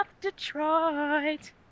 Detroit